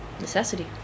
necessity